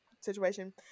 situation